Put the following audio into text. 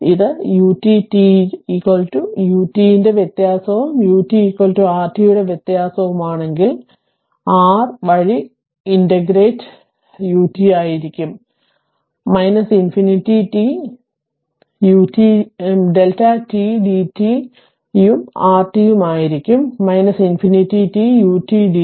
ഇത് ut t ut ന്റെ വ്യത്യാസവും ut rt യുടെ വ്യത്യാസവുമാണെങ്കിൽ എന്നാൽ r വഴി ifintegrate ut ആയിരിക്കും അനന്തത t Δ t d t ഉം rt ഉം ആയിരിക്കും അനന്തത t ut d t